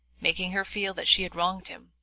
making her feel that she had wronged him,